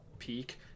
Peak